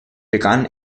begann